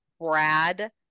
Brad